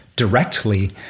directly